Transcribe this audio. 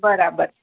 બરાબર